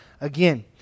again